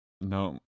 No